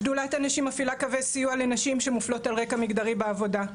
שדולת הנשים מפעילה קווי סיוע לנשים שמופלות על רקע מגדרי בעבודה,